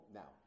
now